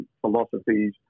philosophies